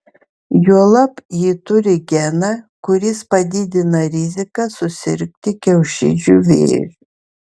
juolab ji turi geną kuris padidina riziką susirgti kiaušidžių vėžiu